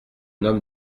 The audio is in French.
homme